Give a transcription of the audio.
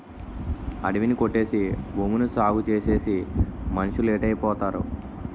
అడివి ని కొట్టేసి భూమిని సాగుచేసేసి మనుసులేటైపోతారో